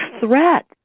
threat